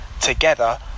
together